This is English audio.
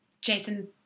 Jason